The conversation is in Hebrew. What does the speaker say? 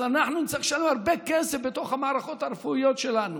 אז אנחנו נצטרך לשלם הרבה כסף בתוך המערכות הרפואיות שלנו.